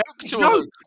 joke